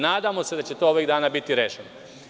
Nadamo se da će to ovih dana biti rešeno.